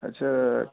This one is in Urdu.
اچھا